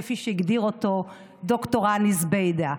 כפי שהגדיר אותו ד"ר הני זובידה.